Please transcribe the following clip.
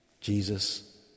Jesus